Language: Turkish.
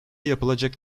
yapılacak